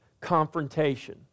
confrontation